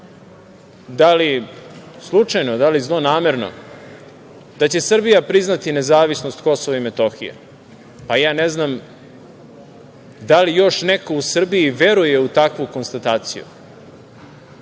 da li slučajno, da li zlonamerno, da će Srbija priznati nezavisnost Kosova i Metohije. Ja ne znam da li još neko u Srbiji veruje u takvu konstataciju,